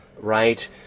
right